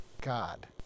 God